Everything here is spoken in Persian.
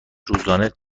روزانه